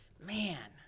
man